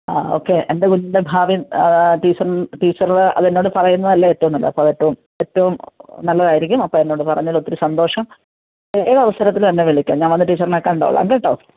ആ ഓക്കേ എൻ്റെ കുഞ്ഞിൻ്റെ ഭാവ്യം ടീച്ചർ ടീച്ചറ് അതെന്നോട് പറയുന്നതല്ലേ ഏറ്റവും നല്ലത് അപ്പോൾ അതിപ്പം ഏറ്റവും നല്ലതായിരിക്കും അപ്പോൾ എന്നോട് പറഞ്ഞതിൽ ഒത്തിരി സന്തോഷം ഏത് അവസരത്തിലും എന്നെ വിളിക്കാം ഞാൻ വന്ന് ടീച്ചർനെ കണ്ടോളാം കേട്ടോ